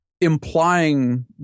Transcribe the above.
implying